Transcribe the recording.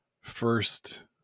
first